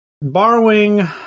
borrowing